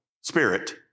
spirit